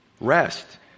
Rest